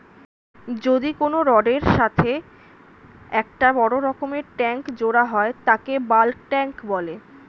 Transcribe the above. যদি কোনো রডের এর সাথে একটা বড় রকমের ট্যাংক জোড়া হয় তাকে বালক ট্যাঁক বলে